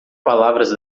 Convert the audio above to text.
palavras